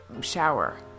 shower